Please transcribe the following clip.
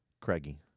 Craigie